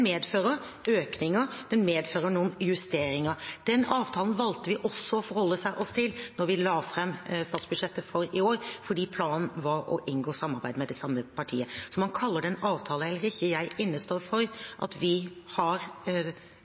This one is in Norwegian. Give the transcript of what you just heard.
avtalen valgte vi også å forholde oss til da vi la fram statsbudsjettet for i år, fordi planen var å inngå samarbeid med det samme partiet. Om man kaller det en avtale eller ikke – jeg innestår for at vi har